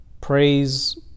praise